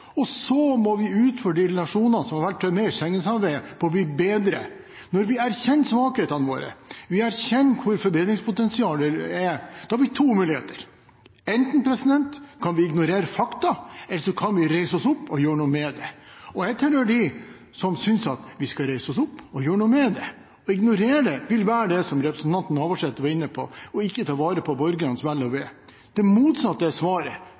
Og så må vi utfordre de relasjonene som er verd å ha med i Schengen-samarbeidet, på å bli bedre. Når vi erkjenner svakhetene våre, erkjenner hvor forbedringspotensialet er, har vi to muligheter: Enten kan vi ignorere fakta, eller så kan vi reise oss opp og gjøre noe med det. Jeg tilhører dem som synes at vi skal reise oss opp og gjøre noe med det. Å ignorere det vil være det som representanten Navarsete var inne på, ikke å ta vare på borgernes ve og vel. Det motsatte er svaret,